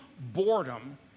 boredom